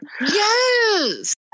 Yes